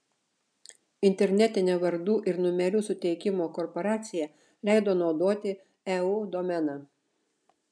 internetinė vardų ir numerių suteikimo korporacija leido naudoti eu domeną